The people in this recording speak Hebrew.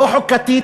לא חוקתית,